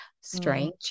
strange